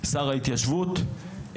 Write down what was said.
שר ההתיישבות,